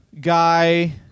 guy